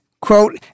quote